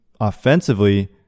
offensively